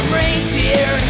reindeer